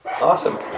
Awesome